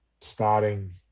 starting